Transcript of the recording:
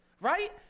right